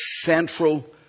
central